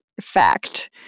fact